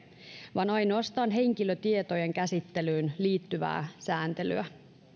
vaan ainoastaan henkilötietojen käsittelyyn liittyvää sääntelyä